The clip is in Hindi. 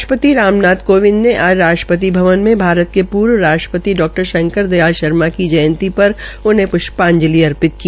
राष्ट्रपति राम नाथ कोविंद ने आज राष्ट्रपति भवन में भारत के पूर्व राष्ट्रपति डा शंकर दयाल शर्मा की जयंती पर उन्हें प्रष्पाजंलि अर्पित की